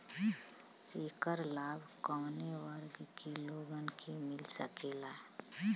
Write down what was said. ऐकर लाभ काउने वर्ग के लोगन के मिल सकेला?